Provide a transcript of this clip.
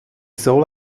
soll